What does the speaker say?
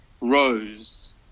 rose